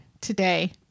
today